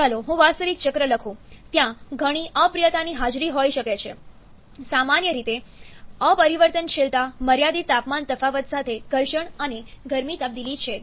ચાલો હું વાસ્તવિક ચક્ર લખું ત્યાં ઘણી અપ્રિયતાની હાજરી હોઈ શકે છે સામાન્ય રીતે અપરિવર્તનશીલતા મર્યાદિત તાપમાન તફાવત સાથે ઘર્ષણ અને ગરમી તબદીલી છે